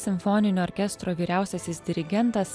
simfoninio orkestro vyriausiasis dirigentas